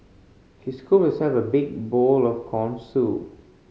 she scooped herself a big bowl of corn soup